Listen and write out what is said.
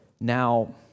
Now